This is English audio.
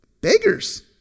beggars